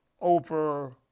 Over